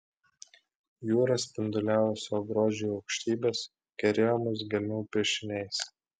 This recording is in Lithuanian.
jūra spinduliavo savo grožį į aukštybes kerėjo mus gelmių piešiniais